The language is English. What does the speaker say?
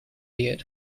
year